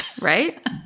Right